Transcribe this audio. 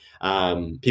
People